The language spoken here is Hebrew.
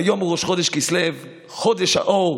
היום ראש חודש כסלו, חודש האור.